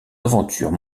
aventures